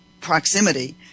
proximity